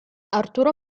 arturo